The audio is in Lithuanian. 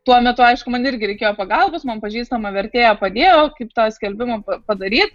tuo metu aišku man irgi reikėjo pagalbos man pažįstama vertėja padėjo kaip tą skelbimą padaryt